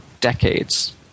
decades